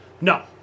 No